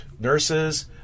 nurses